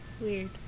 Weird